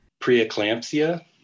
Preeclampsia